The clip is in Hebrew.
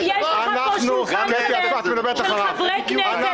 עם כל מה שאמרת אני מסכים.